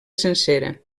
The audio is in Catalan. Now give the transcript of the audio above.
sencera